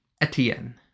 etienne